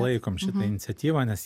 laikome šią iniciatyvą nes